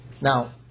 Now